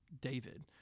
David